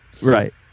Right